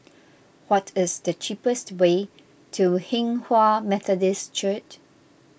what is the cheapest way to Hinghwa Methodist Church